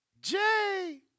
Jay